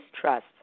trust